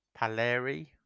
Paleri